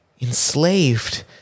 enslaved